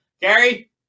Gary